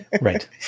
Right